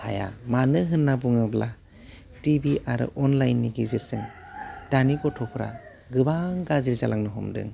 हाया मानो होन्ना बुङोब्ला टिभि आरो अनलाइननि गेजेरजों दानि गथ'फ्रा गोबां गाज्रि जालांनो हमदों